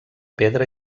pedra